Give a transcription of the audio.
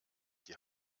die